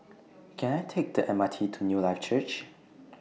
Can I Take The M R T to Newlife Church